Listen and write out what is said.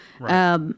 Right